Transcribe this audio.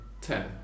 ten